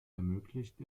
ermöglicht